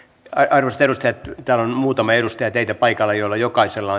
arvoisat edustajat täällä on muutama edustaja teitä paikalla ja jokaisella